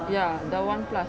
ya dah one plus